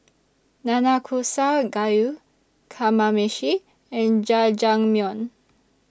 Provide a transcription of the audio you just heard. Nanakusa Gayu Kamameshi and Jajangmyeon